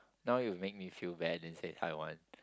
now you make me feel bad didn't say Taiwan